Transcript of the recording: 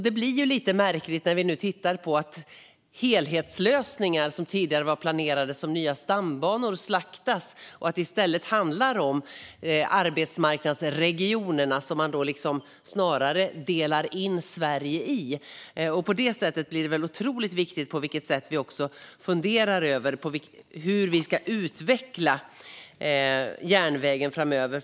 Det blir lite märkligt eftersom tidigare planerade helhetslösningar, såsom nya stambanor, slaktas och att det i stället handlar om de arbetsmarknadsregioner man delar in Sverige i. Då blir det viktigt att fundera över hur vi ska utveckla järnvägen framöver.